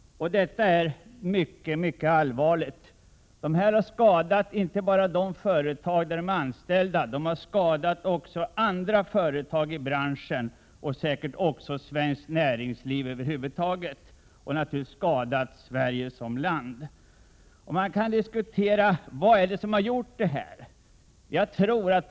Detta är mycket allvarligt. Dessa personer har skadat inte bara de företag där de är anställda; de har skadat också andra företag i branschen och säkert också svenskt näringsliv över huvud taget — och naturligtvis skadat Sverige som nation. Man kan diskutera: Vad är det som har åstadkommit detta?